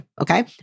okay